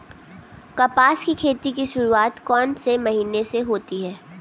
कपास की खेती की शुरुआत कौन से महीने से होती है?